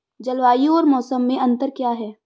जलवायु और मौसम में अंतर क्या है?